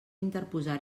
interposar